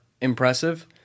impressive